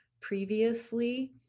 previously